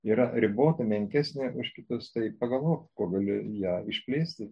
yra ribota menkesnė už kitas tai pagalvok kuo gali ją išplėsti